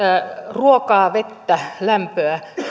ruokaa vettä lämpöä